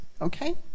Okay